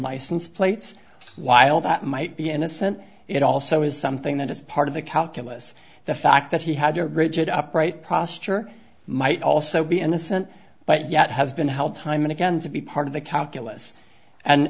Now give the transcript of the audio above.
license plates while that might be innocent it also is something that is part of the calculus the fact that he had a rigid upright prost are might also be innocent but yet has been helped time and again to be part of the calculus and